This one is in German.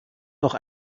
noch